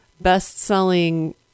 best-selling